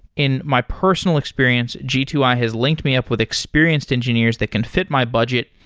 in my personal experience, g two i has linked me up with experienced engineers that can fit my budget,